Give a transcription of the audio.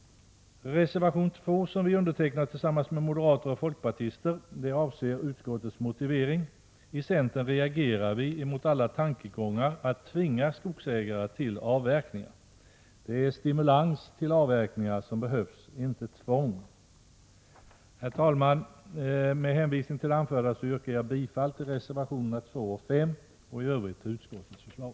Reservation 2, som vi undertecknat tillsammans med moderater och folkpartister, avser utskottets motivering. I centern reagerar vi mot alla tankegångar att tvinga skogsägare till avverkningar. Det är stimulans till avverkningar som behövs — inte tvång. Herr talman! Med hänvisning till det anförda yrkar jag bifall till reservationerna 2 och 5 och i övrigt till utskottets förslag.